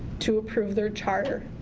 to approve their charter.